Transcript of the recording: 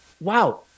wow